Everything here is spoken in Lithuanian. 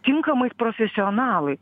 tinkamais profesionalais